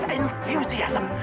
enthusiasm